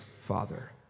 Father